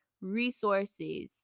resources